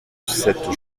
cette